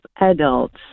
adults